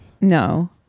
no